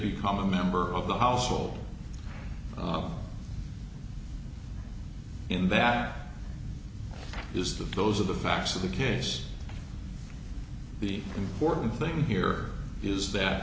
become a member of the household in that is that those are the facts of the case the important thing here is that